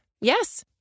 Yes